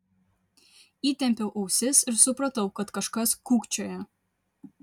įtempiau ausis ir supratau kad kažkas kūkčioja